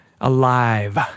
alive